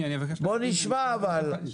בוא נשמע אבל.